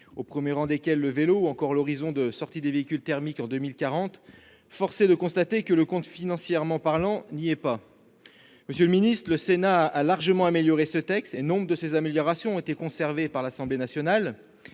au premier rang desquelles le vélo, ou la fin des véhicules thermiques à l'horizon 2040, force est de constater que le compte, financièrement parlant, n'y est pas. Monsieur le secrétaire d'État, le Sénat a largement amélioré ce texte et nombre de ces améliorations ont été conservées par l'Assemblée nationale.